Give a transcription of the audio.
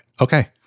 Okay